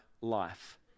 life